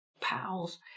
pals